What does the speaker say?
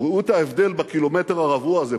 ראו את ההבדל בקילומטר הרבוע הזה,